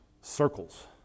circles